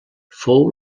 fou